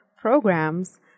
programs